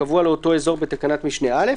הקבוע לאותו אזור בתקנת משנה (א),